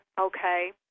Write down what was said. Okay